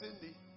Cindy